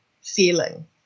feeling